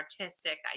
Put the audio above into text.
artistic